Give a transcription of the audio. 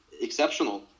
exceptional